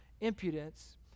impudence